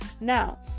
Now